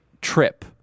trip